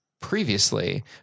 previously